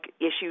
issues